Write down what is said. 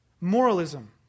moralism